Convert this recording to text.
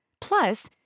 Plus